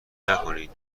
نکنین